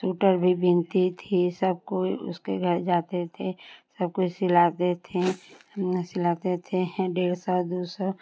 sweater भी बुनती थी सब कोई उसके घर जाते थे सब कोई सिलाते थे सिलाते थे हें डेढ़ सौ दो सौ